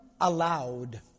allowed